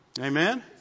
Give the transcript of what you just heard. Amen